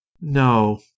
No